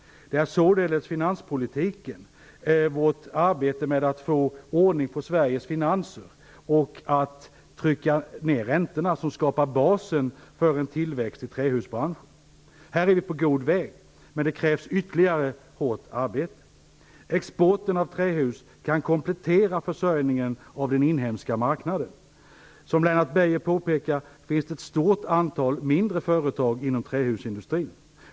Det är således finanspolitiken, vårt arbete med att få ordning på Sveriges finanser och att trycka ned räntorna, som skapar basen för en tillväxt i trähusbranschen. Här är vi på god väg, men det krävs ytterligare hårt arbete. Exporten av trähus kan komplettera försörjningen av den inhemska marknaden. Som Lennart Beijer påpekar finns det ett stort antal mindre företag inom trähusindustrin.